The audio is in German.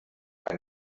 ein